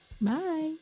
Bye